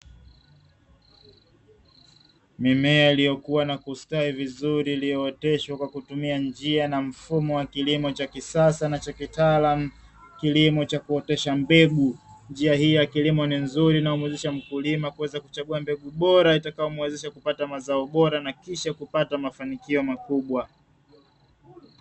Mimea iliyokua na kustawi vizuri iliyooteshwa kwa kutumia njia na mfumo wa kilimo cha kisasa na cha kitaalamu kilimo cha kuotesha mbegu; njia hii ya kilimo na nzuri inayomuezesha mkulima kuweza kuchagua mbegu bora, itakayo mwenzesha kupata mazao bora na kisha kupata mafanikio makubwa.